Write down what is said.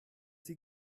sie